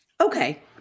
Okay